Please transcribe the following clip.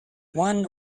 one